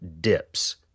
dips